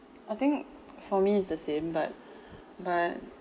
I think for me it's the same but but